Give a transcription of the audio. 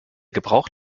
gebrauch